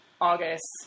August